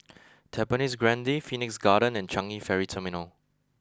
Tampines Grande Phoenix Garden and Changi Ferry Terminal